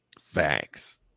Facts